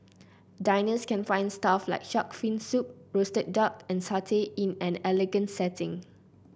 diners can find stuff like shark fin soup roasted duck and satay in an elegant setting